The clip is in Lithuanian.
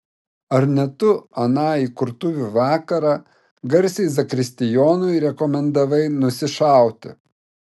ar ne tu aną įkurtuvių vakarą garsiai zakristijonui rekomendavai nusišauti